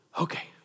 Okay